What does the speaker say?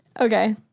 Okay